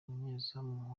umunyezamu